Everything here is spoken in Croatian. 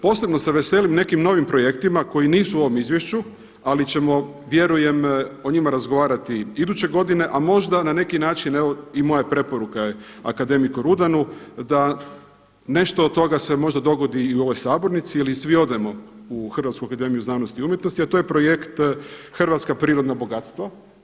Posebno se veselim nekim novim projektima koji nisu u ovom izvješću, ali ćemo vjerujem o njima razgovarati iduće godine, a možda na neki način, evo i moja preporuka je akademiku Rudanu da nešto od toga se možda dogodi i u ovoj sabornici ili svi odemo u Hrvatsku akademiju znanosti i umjetnosti, a to je projekt Hrvatska prirodna gospodarstva.